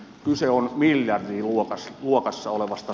kyse on miljardiluokassa olevasta summasta